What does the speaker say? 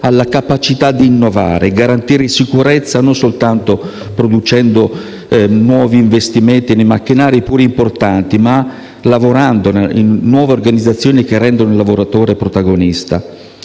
la capacità di innovare, garantire sicurezza non soltanto producendo nuovi investimenti in macchinari - pure importanti - ma lavorando in nuove organizzazioni che rendono il lavoratore protagonista.